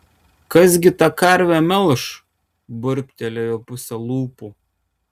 kas gi tą karvę melš burbtelėjo puse lūpų